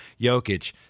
Jokic